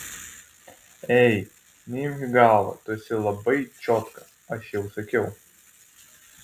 ei neimk į galvą tu esi labai čiotka aš jau sakiau